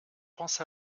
pense